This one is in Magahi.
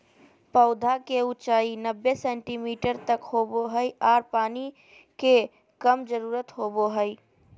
पौधा के ऊंचाई नब्बे सेंटीमीटर तक होबो हइ आर पानी के कम जरूरत होबो हइ